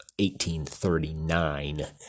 1839